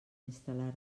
instal·lar